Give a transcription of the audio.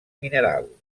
mineral